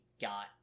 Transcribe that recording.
got